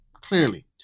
clearly